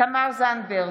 אסף זמיר,